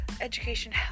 education